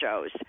shows